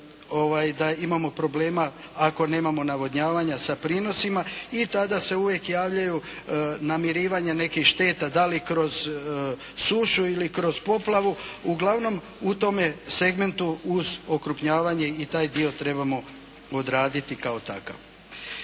da imamo problema, ako nemamo navodnjavanja, sa prinosima. I tada se uvijek javljaju namirivanja nekih šteta, da li kroz sušu ili kroz poplavu, uglavnom u tome segmentu uz okrupnjavanje i taj dio trebamo odraditi kao takav.